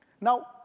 Now